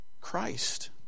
Christ